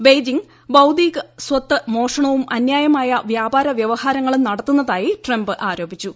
Beijing ബൌദ്ധിക സ്വത്ത് മോഷണവും അന്യായമായ വ്യാപാര വൃവഹാരങ്ങളും നടത്തുന്നതായി ട്രംപ് ആരോപിച്ചു